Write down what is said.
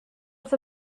wrth